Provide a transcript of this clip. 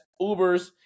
Ubers